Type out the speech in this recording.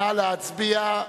נא להצביע.